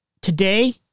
Today